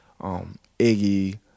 Iggy